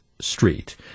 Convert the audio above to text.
Street